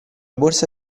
borsa